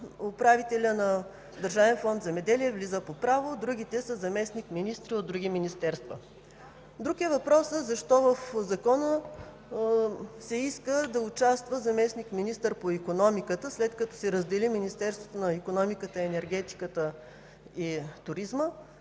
Управителят на Държавния фонд влиза по право, другите са заместник-министри от другите министерства. Друг е въпросът защо в Закона се иска да участва заместник-министър по икономиката, след като Министерството на икономиката, енергетиката и туризма